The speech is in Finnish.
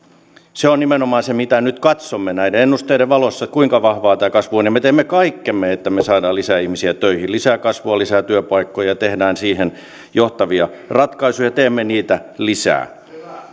se on nimenomaan se mitä nyt katsomme näiden ennusteiden valossa kuinka vahvaa tämä kasvu on ja me teemme kaikkemme että me saamme lisää ihmisiä töihin lisää kasvua lisää työpaikkoja ja teemme niihin johtavia ratkaisuja ja teemme niitä lisää